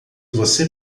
você